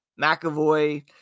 McAvoy